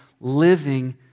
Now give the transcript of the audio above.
living